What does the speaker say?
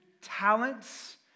talents